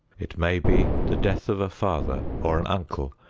it may be the death of a father or an uncle,